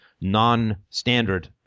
non-standard